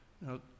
Now